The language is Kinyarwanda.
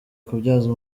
kubyaza